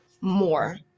more